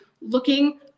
looking